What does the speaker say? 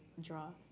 draw